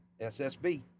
SSB